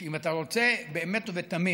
אם אתה באמת ובתמים